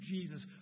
Jesus